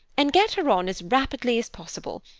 and get her on as rapidly as possible.